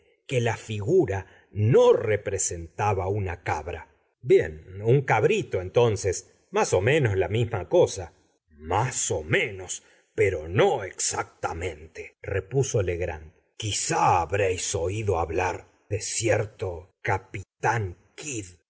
que la figura no representaba una cabra bien un cabrito entonces más o menos la misma cosa más o menos pero no exactamente repuso legrand quizá habréis oído hablar de cierto capitán kidd